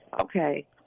Okay